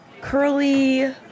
curly